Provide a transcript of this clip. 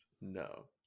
No